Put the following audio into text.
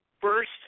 first